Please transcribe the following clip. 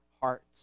hearts